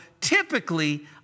typically